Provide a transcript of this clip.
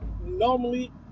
Normally